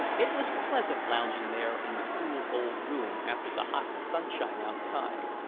it was pleasant lounging there in the cool old room after the hot sunshine outside,